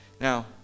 Now